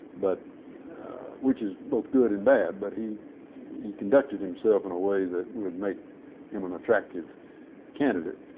but which is both good and bad, but he he conducted himself in a way that would make him an attractive candidate